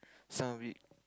this one a bit